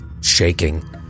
shaking